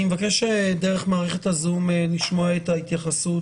אני מבקש דרך מערכת הזום לשמוע את ההתייחסות